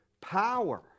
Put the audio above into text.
power